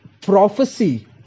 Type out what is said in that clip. prophecy